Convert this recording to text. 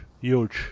Huge